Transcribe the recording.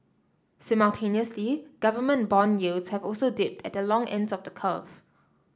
simultaneously government bond yields have also dipped at the long ends of the curve